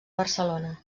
barcelona